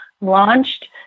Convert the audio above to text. launched